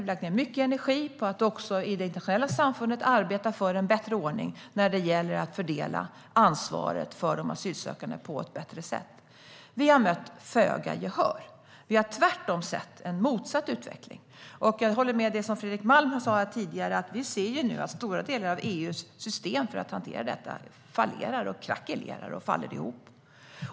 Vi har lagt ned mycket energi på att också i det internationella samfundet arbeta för en bättre ordning när det gäller att fördela ansvaret för de asylsökande på ett bättre sätt. Vi har mött föga gehör. Tvärtom har vi sett en motsatt utveckling. Jag håller med om det som Fredrik Malm sa här tidigare, nämligen att vi nu ser att stora delar av EU:s system för att hantera detta krackelerar och faller ihop.